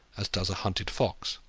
as does a hunted fox.